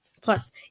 Plus